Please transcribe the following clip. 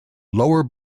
lower